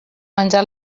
menjar